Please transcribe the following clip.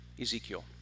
Ezekiel